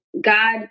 God